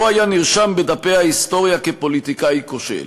והוא היה נרשם בדפי ההיסטוריה כפוליטיקאי כושל.